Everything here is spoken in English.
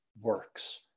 works